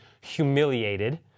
humiliated